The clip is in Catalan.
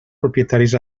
propietaris